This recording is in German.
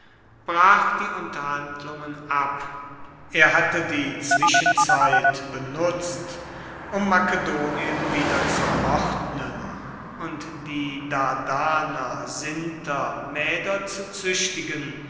brach die unterhandlungen ab er hatte die zwischenzeit benutzt um makedonien wiederzuordnen und die dardaner sinter mäder zu züchtigen